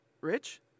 rich